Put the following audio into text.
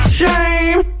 shame